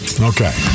okay